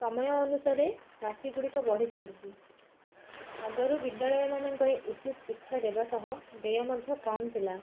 ସମୟ ଅନୁସାରେ ରାଶି ଗୁଡ଼ିକ ବଢ଼ିଚାଲିଛି ଆଗରୁ ବିଦ୍ୟାଳୟ ମାନଙ୍କରେ ଉଚିତ ଶିକ୍ଷା ଦେବା ସହ ଦେୟ ମଧ୍ୟ କମ୍ ଥିଲା